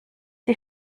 die